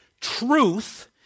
truth